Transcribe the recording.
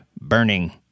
burning